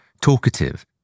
talkative